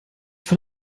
von